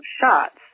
shots